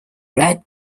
red